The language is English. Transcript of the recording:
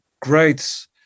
great